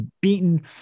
beaten